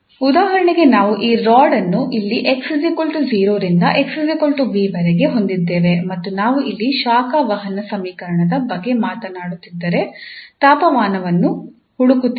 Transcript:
ಉದಾಹರಣೆಗೆ ನಾವು ಈ ರಾಡ್ ಅನ್ನು ಇಲ್ಲಿ 𝑥 0 ರಿಂದ 𝑥 𝑏 ವರೆಗೆ ಹೊಂದಿದ್ದೇವೆ ಮತ್ತು ನಾವು ಇಲ್ಲಿ ಶಾಖ ವಹನ ಸಮೀಕರಣದ ಬಗ್ಗೆ ಮಾತನಾಡುತ್ತಿದ್ದರೆ ತಾಪಮಾನವನ್ನು ಹುಡುಕುತ್ತಿದ್ದೇವೆ